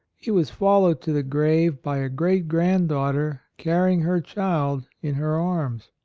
he was followed to the grave by a great-granddaugh ter carrying her child in her arms.